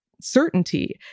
certainty